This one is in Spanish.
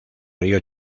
río